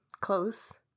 Close